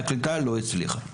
הקליטה לא הצליחה.